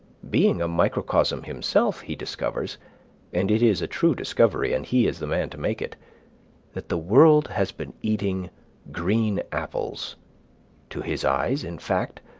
being a microcosm himself, he discovers and it is a true discovery, and he is the man to make it that the world has been eating green apples to his eyes, in fact,